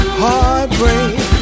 heartbreak